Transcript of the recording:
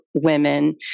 women